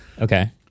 Okay